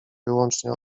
wyłącznie